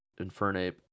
infernape